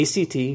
ACT